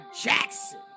Jackson